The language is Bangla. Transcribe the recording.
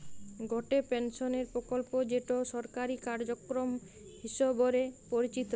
গটে পেনশনের প্রকল্প যেটো সরকারি কার্যক্রম হিসবরে পরিচিত